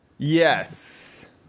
yes